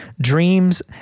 dreams